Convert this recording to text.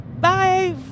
bye